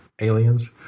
Aliens